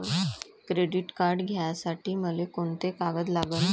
Credit card घ्यासाठी मले कोंते कागद लागन?